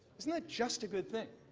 isn't that just a good thing?